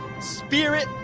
spirit